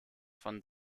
von